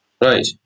Right